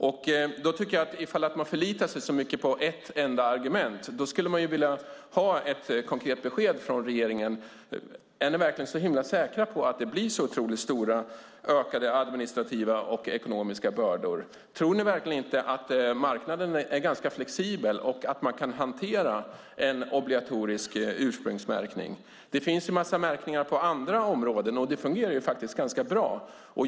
Om man förlitar sig så mycket på ett enda argument skulle jag vilja ha ett konkret besked från regeringen: Är ni verkligen så himla säkra på att det blir så otroligt mycket större administrativa och ekonomiska bördor? Tror ni verkligen inte att marknaden är ganska flexibel och att man kan hantera en obligatorisk ursprungsmärkning? Det finns en massa märkningar på andra områden och det fungerar faktiskt ganska bra.